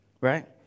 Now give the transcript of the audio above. right